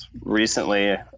recently